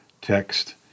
text